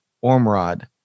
Ormrod